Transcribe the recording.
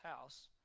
house